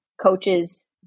coaches